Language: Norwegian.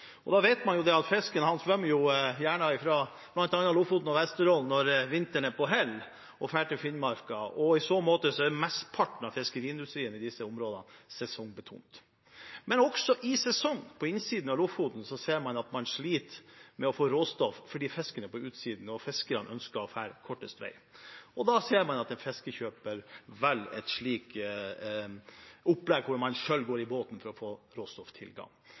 vet man at fisken gjerne svømmer fra bl.a. Lofoten og Vesterålen når vinteren er på hell, og drar til Finnmark. I så måte er mesteparten av fiskeriindustrien i disse områdene sesongbetont. Men også i sesong ser man at man på innsiden av Lofoten sliter med å få råstoff fordi fisken er på utsiden og fiskerne ønsker å reise den korteste veien. Og da ser man at en fiskekjøper kan velge et slikt opplegg der man selv går i båten for å få